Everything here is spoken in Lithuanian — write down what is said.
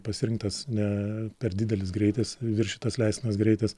pasirinktas ne per didelis greitis viršytas leistinas greitis